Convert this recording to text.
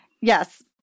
Yes